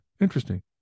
Interesting